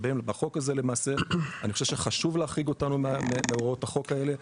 אני חושב שחשוב להחריג אותנו מהוראות החוק האלה,